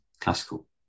classical